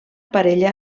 parella